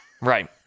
right